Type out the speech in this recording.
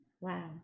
Wow